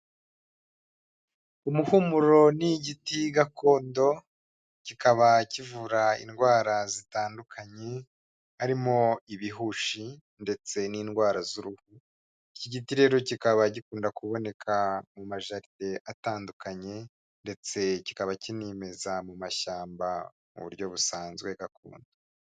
Umuhumuro ni igiti gakondo kikaba kivura indwara zitandukanye harimo ibihushi ndetse n'indwara z'uruhu, iki giti rero kikaba gikunda kuboneka mu majaride atandukanye ndetse kikaba kinimeza mu mashyamba mu buryo busanzwe gakondo.